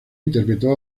interpretó